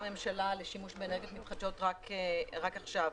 הממשלה לשימוש באנרגיות מתחדשות רק עכשיו.